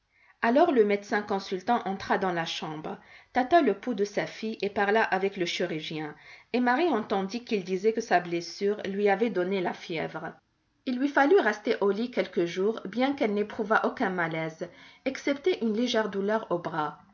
alors le médecin consultant entra dans la chambre tâta le pouls de sa fille et parla avec le chirurgien et marie entendit qu'ils disaient que sa blessure lui avait donné la fièvre il lui fallut rester au lit quelques jours bien qu'elle n'éprouvât aucun malaise excepté une légère douleur au bras